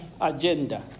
agenda